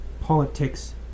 politics